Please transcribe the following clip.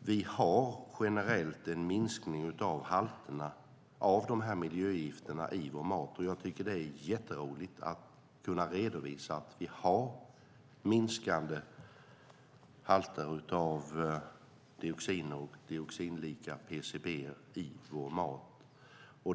vi generellt har en minskning av halterna av de här miljögifterna i vår mat. Jag tycker att det är roligt att kunna redovisa att vi har minskande halter av dioxiner och dioxinlika PCB:er i vår mat.